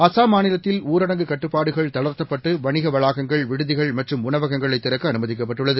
அசாம்மாநிலத்தில்ஊரடங்குகட்டுப்பாடுகள்தளர்த்தப்பட்டு வணிகவளாகங்கள் விடுதிகள்மற்றும்உணவகங்களைதிறக்கஅனுமதிக்கப்பட்டு ள்ளது